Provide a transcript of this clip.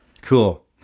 Cool